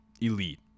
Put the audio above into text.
Elite